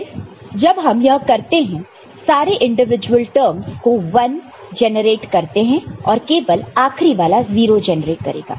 फिर जब हम यह करते हैं सारे इंडिविजुअल टर्मस को 1 जनरेट करते हैं और केवल आखरी वाला 0 जनरेट करेगा